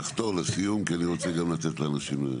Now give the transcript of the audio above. תחתור לסיום כי אני רוצה גם לתת לאנשים.